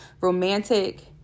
romantic